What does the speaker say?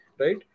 right